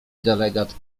delegat